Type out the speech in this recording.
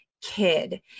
kid